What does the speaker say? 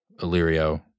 Illyrio